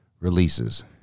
releases